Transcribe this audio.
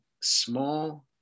small